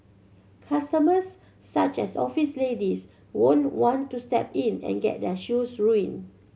customers such as office ladies won't want to step in and get their shoes ruined